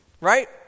right